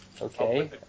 Okay